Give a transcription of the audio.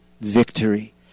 victory